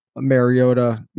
Mariota